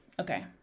Okay